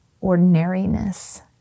ordinariness